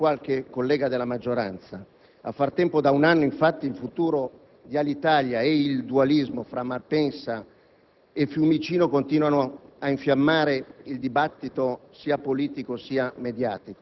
Non dobbiamo dimenticare che al destino di Alitalia è legato il destino di migliaia di lavoratori, dunque di famiglie, e che pertanto soluzioni radicali si ripercuoterebbero in maniera significativa.